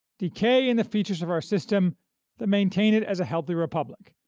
decay in the features of our system that maintain it as a healthy republic,